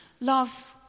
love